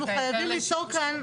ואנחנו חייבים ליצור כאן,